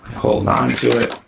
hold on to it,